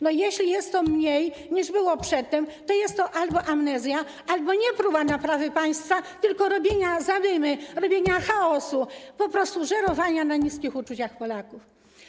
No, jeśli jest to mniej, niż było przedtem, to jest to albo amnezja, albo próba nie naprawy państwa, tylko robienia zadymy, chaosu, po prostu żerowania na niskich uczuciach Polaków.